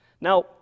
Now